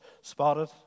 spotted